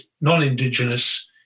non-indigenous